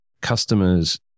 Customers